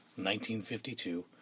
1952